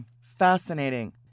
fascinating